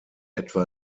etwa